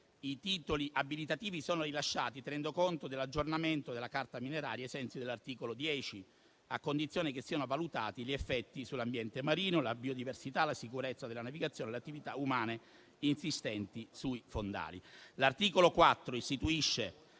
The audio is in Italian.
i titoli abilitativi sono rilasciati tenendo conto dell'aggiornamento della carta mineraria ai sensi dell'articolo 10, a condizione che siano valutati gli effetti sull'ambiente marino, la biodiversità, la sicurezza della navigazione e le attività umane insistenti sui fondali. L'articolo 4 istituisce,